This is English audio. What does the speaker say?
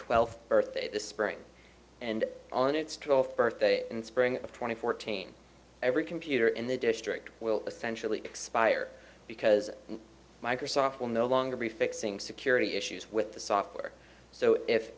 twelfth birthday this spring and on its twelfth birthday and spring of twenty fourteen every computer in the district will essentially expire because microsoft will no longer be fixing security issues with the software so if